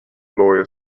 lawyer